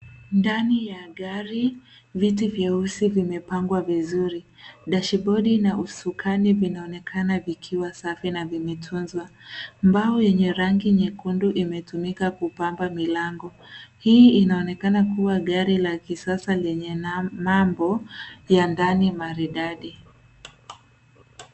Ndani ya gari viti vyeusi vimepangwa vizuri dashibodi na usukani vinaonekana vikiwa safi na vimetunzwa. Mbao yenye rangi nyekundu imetumika kupamba milango hili inaonekana kuwa gari la kisasa lenye nambo ya ndani maridadi.